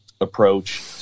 approach